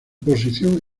posición